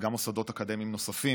וגם מוסדות אקדמיים נוספים.